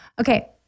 Okay